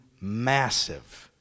massive